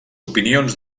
opinions